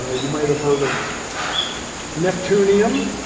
ah you might have heard of neptunium,